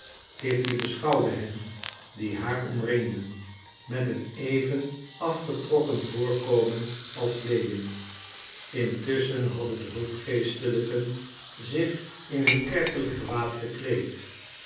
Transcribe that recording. kitty beschouwde hen die haar omringden met een even afgetrokken voorkomen als lewin intusschen hadden de hulpgeestelijken zich in hun kerkelijk gewaad gekleed